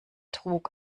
trug